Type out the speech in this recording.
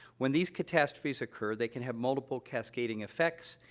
when these catastrophes occur, they can have multiple, cascading effects,